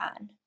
on